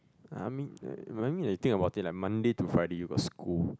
I mean uh I mean to think about it like Monday to Friday you got school